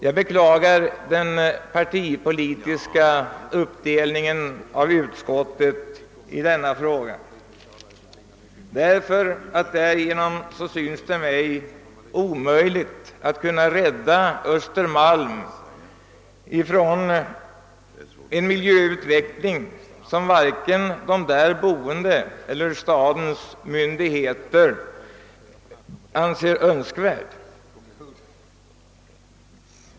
Jag beklagar den partipolitiska uppdelningen av utskottet i denna fråga, eftersom det därigenom synes bli omöjligt att rädda Östermalm från en miljöutveckling, som varken de där boende eller stadens myndigheter anser önskvärd.